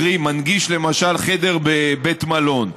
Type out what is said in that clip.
קרי מנגיש למשל חדר בבית מלון,